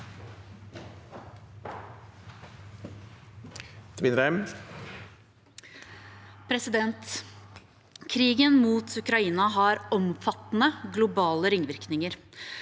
Krigen mot Ukraina har omfattende globale ringvirkninger.